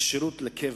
כשירות של קבע,